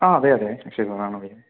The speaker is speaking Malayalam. ആ അതെ അതെ അക്ഷയ് കുമാറിനെ അറിയാം